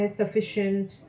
sufficient